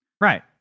Right